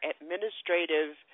administrative